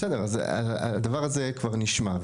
בסדר, אבל הדבר הזה כבר נשמע.